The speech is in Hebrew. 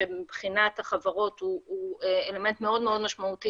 שבחינת החברות הוא אלמנט מאוד מאוד משמעותי